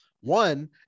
one